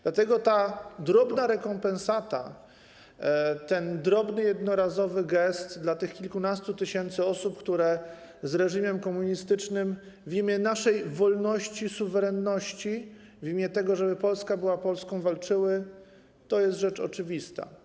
Dlatego ta drobna rekompensata, ten drobny jednorazowy gest dla tych kilkunastu tysięcy osób, które z reżimem komunistycznym w imię naszej wolności, suwerenności, w imię tego, żeby Polska była Polską, walczyły, jest rzeczą oczywistą.